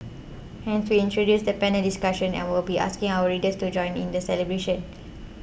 hence we introduced the panel discussion and will be asking our readers to join in the celebration